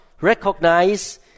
recognize